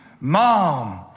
mom